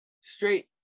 straight